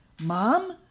Mom